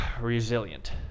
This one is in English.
resilient